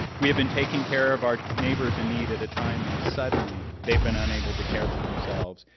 we have been taking care of our neighbors in need at a time when suddenly they've been unable to care for themselves.